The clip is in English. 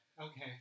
okay